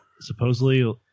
supposedly